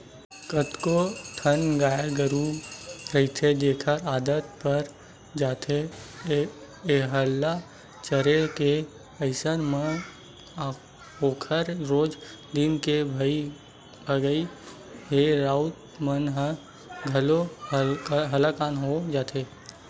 कतको ठन गाय गरु रहिथे जेखर आदत पर जाथे हेल्ला चरे के अइसन म ओखर रोज दिन के भगई ले राउत मन ह घलोक हलाकान हो जाथे